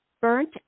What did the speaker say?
burnt